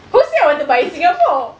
who say I want to buy in singapore